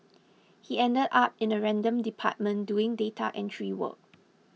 he ended up in a random department doing data entry work